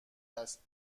است